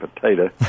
potato